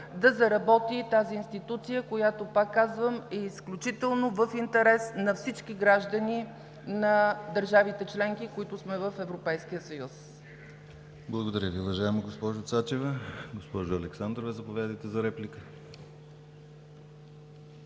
да заработи тази институция, която, пак казвам, е изключително в интерес на всички граждани на държавите-членки, които сме в Европейския съюз. ПРЕДСЕДАТЕЛ ДИМИТЪР ГЛАВЧЕВ: Благодаря Ви, уважаема госпожо Цачева. Госпожо Александрова, заповядайте за реплика.